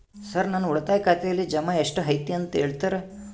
Sir ನನ್ನ ಉಳಿತಾಯ ಖಾತೆಯಲ್ಲಿ ಜಮಾ ಎಷ್ಟು ಐತಿ ಅಂತ ಹೇಳ್ತೇರಾ?